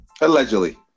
Allegedly